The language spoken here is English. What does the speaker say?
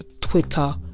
Twitter